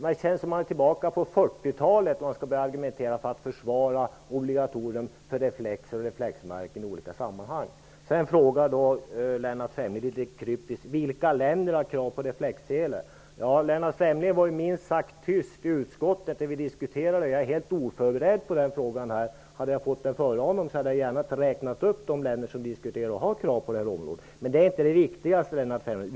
Det känns som om man vore tillbaka på 40-talet, när man i olika sammanhang skall behöva argumentera för obligatorium för reflexer och reflexmärken. Lennart Fremling frågade litet kryptiskt vilka länder som har krav på reflexselar. När vi diskuterade detta i utskottet var Lennart Fremling minst sagt tyst. Nu var jag helt oförberedd på denna fråga, annars hade jag gärna räknat upp de länder som diskuterar krav på det här området. Men detta är inte det viktigaste, Lennart Fremling.